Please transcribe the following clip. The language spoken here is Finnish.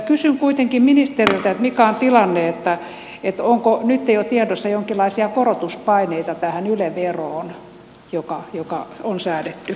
kysyn kuitenkin ministeriltä mikä on tilanne onko nyt jo tiedossa jonkinlaisia korotuspaineita tähän yle veroon joka on säädetty